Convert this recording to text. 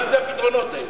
אז מה זה הפתרונות האלה?